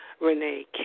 Renee